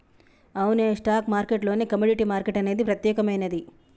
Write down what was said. అవునే stock market లోనే commodity market అనేది ప్రత్యేకమైనది